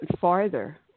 farther